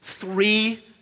three